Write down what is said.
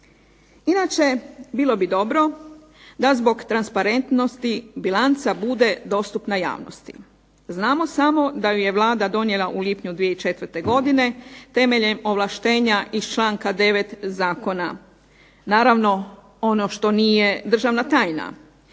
Inače, bilo bi dobro da zbog transparentnosti bilanca bude dostupna javnosti. Znamo samo da ju je Vlada donijela u lipnju 2004. godine temeljem ovlaštenja iz članka 9. zakona. Naravno, ono što nije državno tajna,